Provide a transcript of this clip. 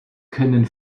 können